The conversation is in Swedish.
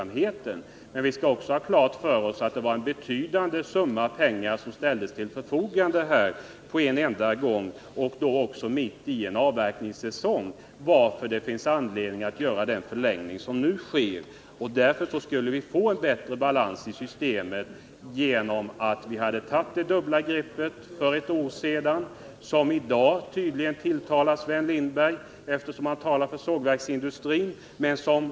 Men vi skall också ha klart för oss att en betydande summa pengar ställdes till förfogande på en enda gång och mitt i en avverkningssäsong, varför det finns anledning till den förlängning av giltighetstiden för gallring som nu föreslås. Vi skulle ha haft en bättre balans i systemet om vi för ett år sedan hade tagit det dubbla greppet. I dag tilltalar det tydligen Sven Lindberg eftersom han nu talar för sågverksindustrin.